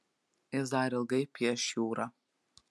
jis dar ilgai pieš jūrą